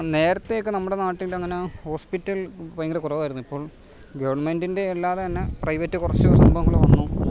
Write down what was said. നേരത്തേക്കെ നമ്മുടെ നാട്ടിലങ്ങനെ ഹോസ്പിറ്റൽ ഭയങ്കര കുറവായിരുന്നു ഇപ്പോൾ ഗവൺമെൻറ്റിൻ്റെ അല്ലാതെ തന്നെ പ്രൈവറ്റ് കുറച്ചു സംഭവങ്ങള് വന്നു